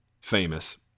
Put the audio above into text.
Famous